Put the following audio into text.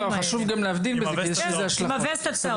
חשוב להבחין כי יש לזה משמעות.